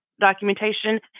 documentation